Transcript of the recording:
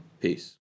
Peace